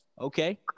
Okay